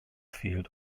field